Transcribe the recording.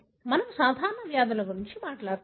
మనము సాధారణ వ్యాధుల గురించి మాట్లాడుతాము